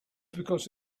because